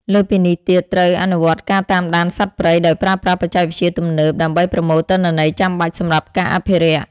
លើសពីនេះទៀត ត្រូវអនុវត្តការតាមដានសត្វព្រៃដោយប្រើប្រាស់បច្ចេកវិទ្យាទំនើប ដើម្បីប្រមូលទិន្នន័យចាំបាច់សម្រាប់ការអភិរក្ស។